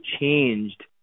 changed